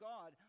God